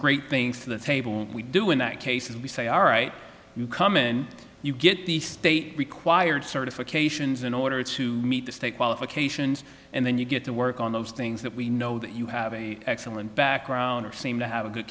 great things to the table we do in that case as we say all right you come and you get the state required certifications in order to meet the state qualifications and then you get to work on those things that we know that you have a excellent background or seem to have a good